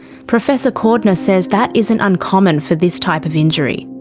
professor cordner says that isn't uncommon for this type of injury.